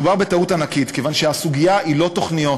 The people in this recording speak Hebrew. מדובר בטעות ענקית, כיוון שהסוגיה היא לא תוכניות.